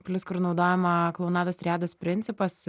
plius kur naudojama klounados triados principas